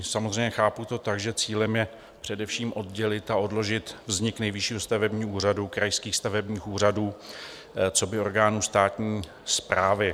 Samozřejmě chápu to tak, že cílem je především oddělit a odložit vznik Nejvyššího stavebního úřadu, krajských stavebních úřadů coby orgánů státní správy.